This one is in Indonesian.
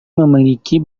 memiliki